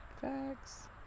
Facts